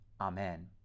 Amen